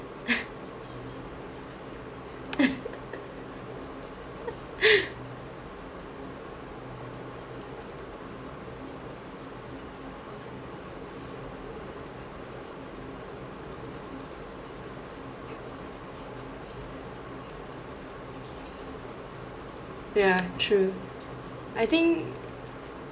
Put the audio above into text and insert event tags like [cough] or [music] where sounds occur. [laughs] ya true I think